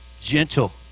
Gentle